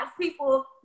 people